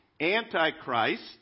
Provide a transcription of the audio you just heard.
Antichrist